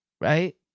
Right